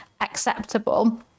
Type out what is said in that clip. acceptable